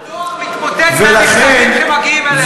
הדואר מתמוטט מהמכתבים שמגיעים אליך,